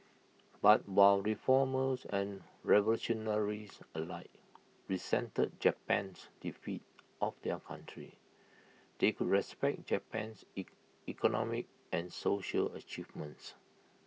but while reformers and revolutionaries alike resented Japan's defeat of their country they could respect Japan's E economic and social achievements